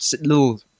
little